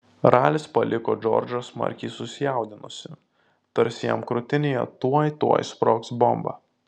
ralis paliko džordžą smarkiai susijaudinusį tarsi jam krūtinėje tuoj tuoj sprogs bomba